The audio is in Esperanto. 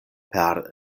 per